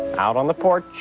out on the porch